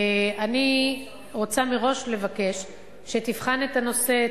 אני רוצה מראש לבקש שתבחן את הנושא,